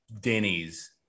denny's